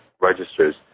registers